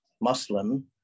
Muslim